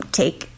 take